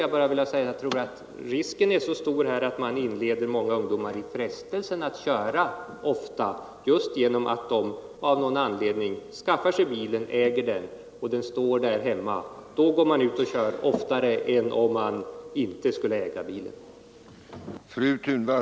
Jag tror emellertid att risken är stor för att många ungdomar som inte har körkort inleds i frestelse att köra just genom att de av någon anledning har köpt en bil och har den stående där hemma. Då blir det lättare att köra än om de inte skulle äga en bil.